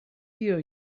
hear